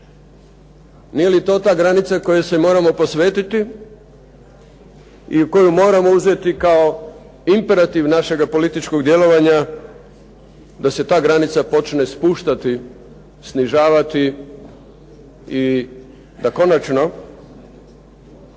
Nije li to ta granica kojoj se moramo posvetiti i koju moramo uzeti kao imperativ našeg političkog djelovanja da se ta granica počne spuštati, snižavati i da konačno